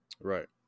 Right